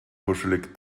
kuschelig